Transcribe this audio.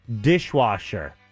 dishwasher